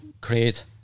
create